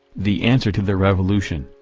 the answer to the revolution,